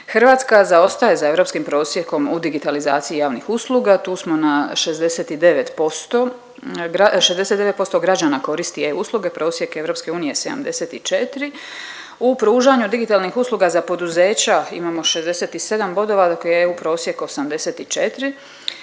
Hrvatska zaostaje za europskim prosjekom u digitalizaciji javnih usluga, tu smo na 69% gra… 69% građana koristi EU usluge, prosjek EU je 74. U pružanju digitalnih usluga za poduzeća imamo 67 bodova dok je EU prosjek 84.